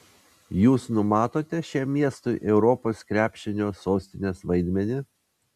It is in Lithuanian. jūs numatote šiam miestui europos krepšinio sostinės vaidmenį